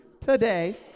Today